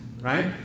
right